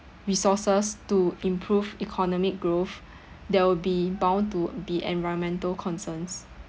resources to improve economic growth there will be bound to be environmental concerns